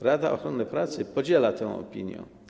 Rada Ochrony Pracy podziela tę opinię.